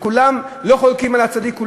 כולם לא חולקים על הצדיק,